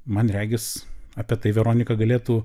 man regis apie tai veronika galėtų